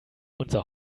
unser